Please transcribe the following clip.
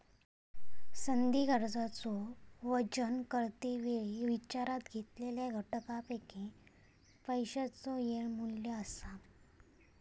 संधी खर्चाचो वजन करते वेळी विचारात घेतलेल्या घटकांपैकी पैशाचो येळ मू्ल्य असा